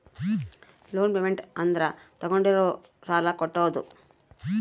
loan payment ಅಂದ್ರ ತಾಗೊಂಡಿರೋ ಸಾಲ ಕಟ್ಟೋದು